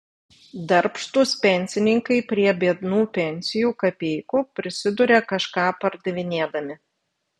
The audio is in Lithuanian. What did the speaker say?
darbštūs pensininkai prie biednų pensijų kapeikų prisiduria kažką pardavinėdami